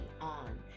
on